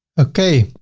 okay.